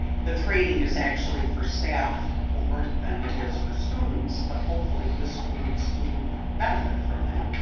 the training is actually for staff more than it is for students. but hopefully the students do benefit from that.